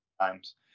times